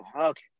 okay